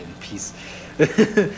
Peace